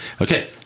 okay